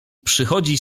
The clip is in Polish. przychodzi